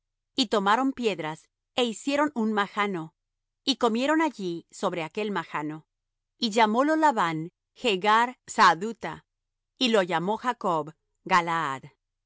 y tomaron piedras é hicieron un majano y comieron allí sobre aquel majano y llamólo labán jegar sahadutha y lo llamó jacob galaad